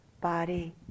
body